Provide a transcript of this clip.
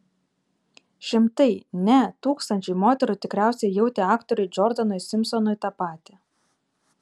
šimtai ne tūkstančiai moterų tikriausiai jautė aktoriui džordanui simpsonui tą patį